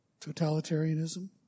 totalitarianism